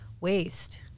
waste